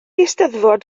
eisteddfod